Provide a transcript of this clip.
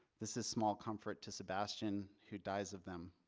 this is small comfort to sebastian who dies of them.